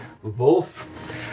Wolf